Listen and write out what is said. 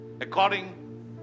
According